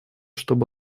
чтобы